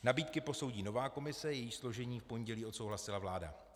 Nabídky posoudí nová komise, jejíž složení v pondělí odsouhlasila vláda.